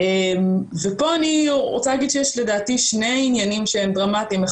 ופה אני רוצה להגיד שיש לדעתי שני עניינים שהם דרמטיים.